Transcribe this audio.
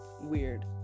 Weird